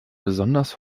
besonders